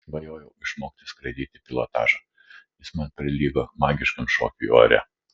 svajojau išmokti skraidyti pilotažą jis man prilygo magiškam šokiui ore